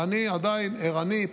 ואני עדיין ערני,